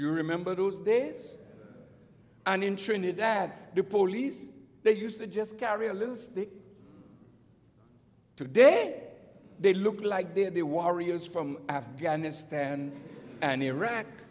you remember those days and in trinidad the police they used to just carry a little today they look like they're the warriors from afghanistan and iraq